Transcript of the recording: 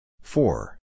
Four